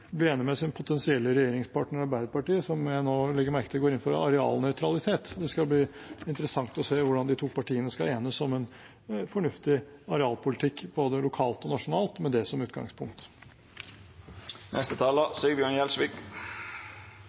inn for arealnøytralitet. Det skal bli interessant å se hvordan de to partiene skal enes om en fornuftig arealpolitikk både lokalt og nasjonalt med det som utgangspunkt.